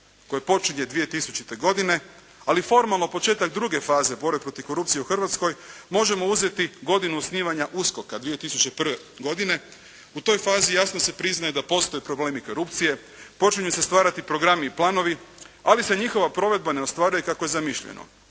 koje počinje 2000. godine. Ali formalno početak druge faze borbe protiv korupcije u Hrvatskoj možemo uzeti godinu osnivanja USKOK-a, 2001. godine. U toj fazi jasno se priznaje da postoje problemi korupcije, počinju se stvarati programi i planovi, ali se njihova provedba ne ostvaruje kako je zamišljeno.